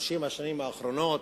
30 השנים האחרונות,